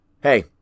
Hey